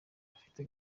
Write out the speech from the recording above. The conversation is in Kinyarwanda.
bufite